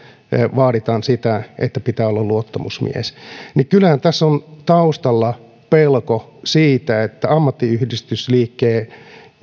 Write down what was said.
vaaditaan sitä että pitää olla luottamusmies kyllähän tässä on taustalla pelko siitä että ammattiyhdistysliikkeen